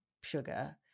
sugar